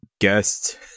guest